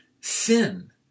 sin